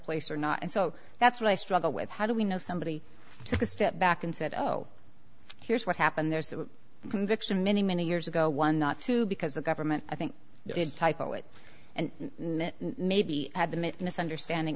place or not and so that's what i struggle with how do we know somebody took a step back and said oh here's what happened there's a conviction many many years ago one not two because the government i think it's a typo it and maybe had the misunderstanding